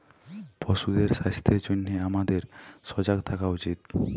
পশুদের স্বাস্থ্যের জনহে হামাদের সজাগ থাকা উচিত